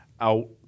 out